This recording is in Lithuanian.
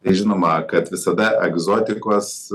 žinoma kad visada egzotikos